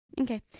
Okay